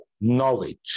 knowledge